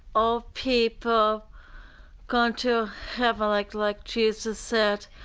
all people go to heaven like like jesus said,